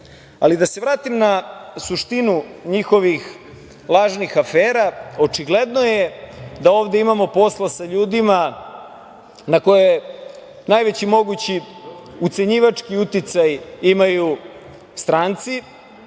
da se vratim na suštinu njihovih lažnih afera. Očigledno je da ovde imamo posla sa ljudima na koje najveći mogući ucenjivački uticaj imaju stranci.